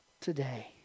today